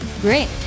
Great